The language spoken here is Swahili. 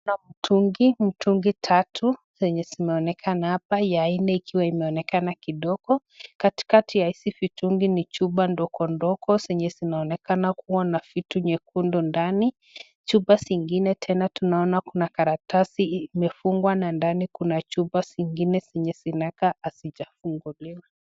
Kuna mtungi, mtungi tatu zenye zimeonekana hapa, ya nne ikiwa imeonekana kidogo. Katikati ya hizi mitungi ni chupa ndogo ndogo zenye zinaonekana kuwa na vitu nyekundu ndani, chupa zingine tena tunaona kuna karatasi imefungwa na ndani kuna chupa zingine zenye zinakaa hazijafunguliwa.